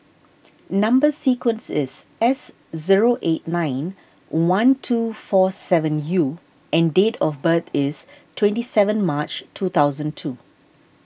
Number Sequence is S zero eight nine one two four seven U and date of birth is twenty seven March two thousand two